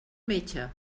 metge